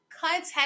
contact